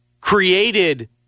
created